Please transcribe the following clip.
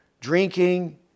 drinking